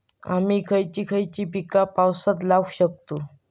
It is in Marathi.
आम्ही खयची खयची पीका पावसात लावक शकतु?